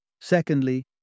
Secondly